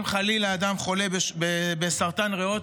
אם חלילה אדם חולה בסרטן ריאות,